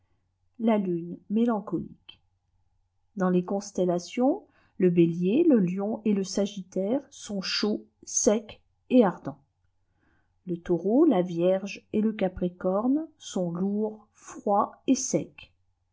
la lune mélancolique dans les constellations le bélier le lion et le sagittaire sont chauds secs et ardents le taureau la vierge et le capricorne sontlourds froids et secs